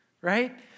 right